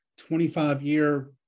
25-year